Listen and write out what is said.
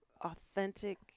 authentic